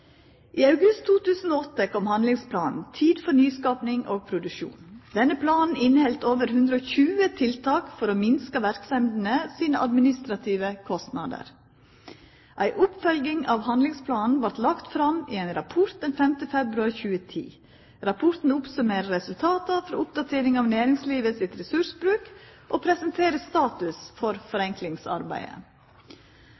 I august 2008 kom handlingsplanen Tid for nyskaping og produksjon. Denne planen inneheldt over 120 tiltak for å minska verksemdene sine administrative kostnader. Ei oppfølging av handlingsplanen vart lagd fram i ein rapport den 5. februar i 2010. Rapporten oppsummerer resultata frå oppdateringa av næringslivets ressursbruk, og presenterer status for